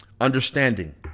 understanding